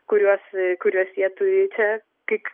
kuriuos kuriuos jie turi čia tik